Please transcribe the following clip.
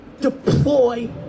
Deploy